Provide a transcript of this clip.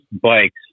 bikes